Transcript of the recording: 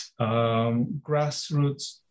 grassroots